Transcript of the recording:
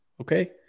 okay